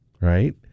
right